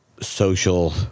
social